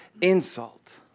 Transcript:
insult